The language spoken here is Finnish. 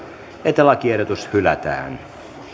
että lakiehdotus hylätään lisäksi